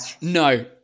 no